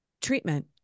Treatment